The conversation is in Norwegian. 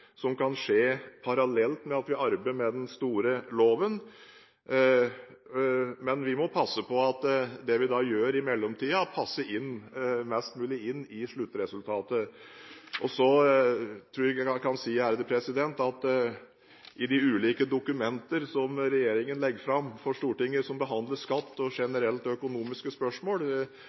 som kan skje parallelt med at vi arbeider med den store loven, men vi må passe på at det vi da gjør i mellomtiden, passer mest mulig inn i sluttresultatet. Jeg tror jeg kan si at hvis vi har noe å melde om framdriften i dette arbeidet – i de ulike dokumenter som regjeringen legger fram for Stortinget, som behandler skatt og generelt økonomiske spørsmål